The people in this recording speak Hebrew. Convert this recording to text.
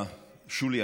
שולי,